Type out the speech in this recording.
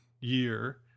Year